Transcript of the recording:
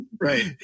right